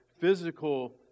physical